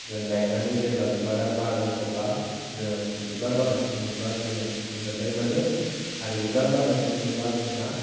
जों गायनानै जेब्ला बिबारा बारो अब्ला जोङो बिबार बारनायखौ नुब्ला जोङो गोजोन्नाय मोनो आरो बिबार बारनायखौ नुब्ला जोंहा